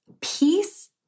peace